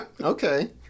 Okay